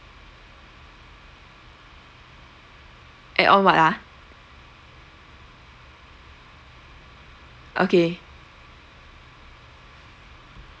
add on what ah okay